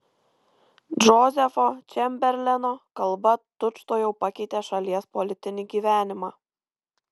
džozefo čemberleno kalba tučtuojau pakeitė šalies politinį gyvenimą